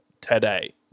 today